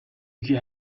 یکی